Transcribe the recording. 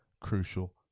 crucial